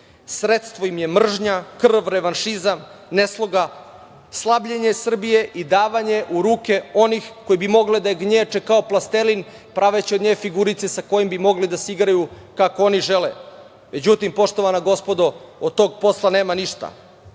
Sredstvo im je mržnja, krv, revanšizam, nesloga, slabljenje Srbije i davanje u ruke onih koji bi mogli da je gnječe kao plastelin, praveći od nje figurice sa kojima bi mogli da se igraju kako oni žele.Međutim, poštovana gospodo, od tog posla nema ništa.